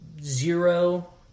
zero